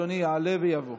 אדוני יעלה ויבוא.